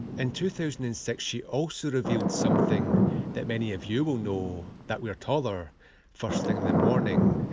and two thousand and six she also revealed something that many of you will know that we're taller first thing in the morning,